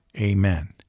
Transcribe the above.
Amen